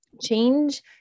change